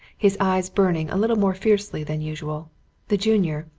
his eyes burning a little more fiercely than usual the junior,